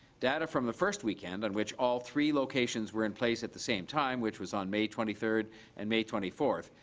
data from the first weekend on which all three locations were in place at the same time, which was on may twenty third and may twenty fourth,